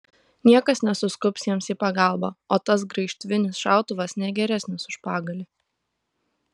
niekas nesuskubs jiems į pagalbą o tas graižtvinis šautuvas ne geresnis už pagalį